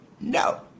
No